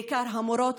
בעיקר המורות,